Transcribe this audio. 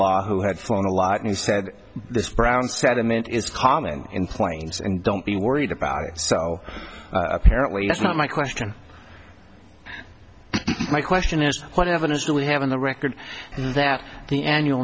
law who had flown a lot and he said this brown sediment is common in planes and don't be worried about it so apparently that's not my question my question is what evidence do we have the record that the annual